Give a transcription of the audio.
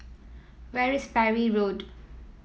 where's Parry Road